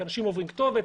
כי אנשים עוברים כתובת,